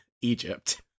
Egypt